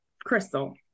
Crystal